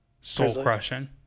soul-crushing